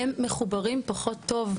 הם מחוברים פחות טוב.